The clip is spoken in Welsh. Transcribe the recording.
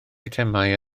eitemau